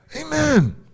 Amen